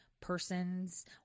persons